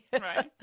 Right